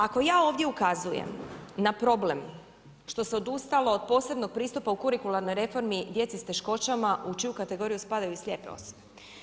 Ako ja ovdje ukazujem na problem što se odustalo od posebnog pristupa u kurikularnoj reformi djeci s teškoćama u čiju kategoriju spadaju i slijepe osobe.